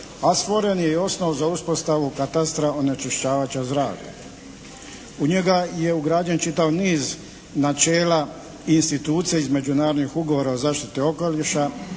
a stvoren je i osnov za uspostavu katastra onečišćivača zraka. U njega je ugrađen čitav niz načela i institucija iz međunarodnih ugovora o zaštiti okoliša,